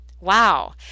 Wow